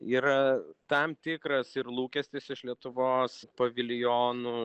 yra tam tikras ir lūkestis iš lietuvos paviljonų